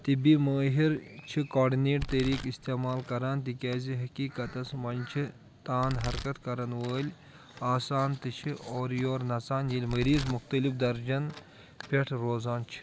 طِبی مٲہِر چھِ کاڈِنیٹ طٔریقہٕ اِستعمال کران تِکیازِحقیٖقتس منٛزچھِ تان حرکت کرن وٲلۍ آسان تہٕ چھِ اورٕ یور نژان ییٚلہِ مریٖض مُختلف درجن پٮ۪ٹھ روزان چھِ